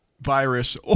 virus